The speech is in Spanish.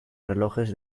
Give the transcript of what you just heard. relojes